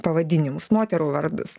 pavadinimus moterų vardus